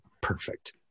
perfect